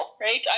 right